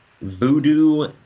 Voodoo